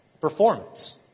performance